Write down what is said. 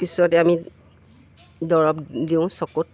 পিছতে আমি দৰৱ দিওঁ চকুত